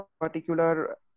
particular